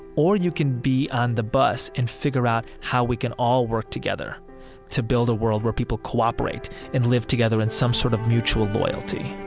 or you can be on the bus and figure out how we can all work together to build a world, where people cooperate and live together in some sort of mutual loyalty